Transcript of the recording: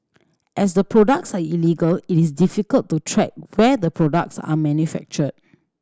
as the products are illegal it is difficult to track where the products are manufactured